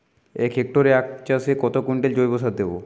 এক হেক্টরে আখ চাষে কত কুইন্টাল জৈবসার দেবো?